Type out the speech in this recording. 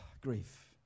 grief